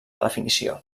definició